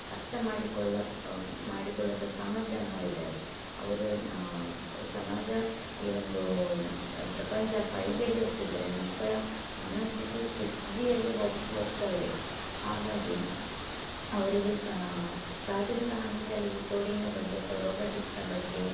ಅರ್ಥ ಮಾಡಿಕೊಳ್ಳ ಮಾಡಿಕೊಳ್ಳುವಂಥ ಸಾಮರ್ಥ್ಯವನ್ನು ಹೊಂದಿದ್ದಾರೆ ಅವರು ಸಮಾಜ ಈ ಒಂದು ಪ್ರಪಂಚ ಫೈವ್ ಜಿಯಲ್ಲಿ ಹೋಗ್ತಿದ್ರೆ ಮಕ್ಕಳ ಮನಸ್ಥಿತಿ ಸಿಕ್ಸ್ ಜಿಯಲ್ಲಿ ಹೋಗಿ ಹೋಗ್ತಾ ಇದೆ ಹಾಗಾಗಿ ಅವರಿಗೆ ಸ್ ಪ್ರಾಥಮಿಕ ಹಂತದಲ್ಲಿ ಈ ಕೋಡಿಂಗ್ನ ಬಗ್ಗೆ ಅಥವಾ ರೋಬೊಟಿಕ್ಸ್ನ ಬಗ್ಗೆ